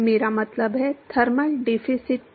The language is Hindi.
मेरा मतलब है थर्मल डिफिसिटिविटी